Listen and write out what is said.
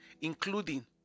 including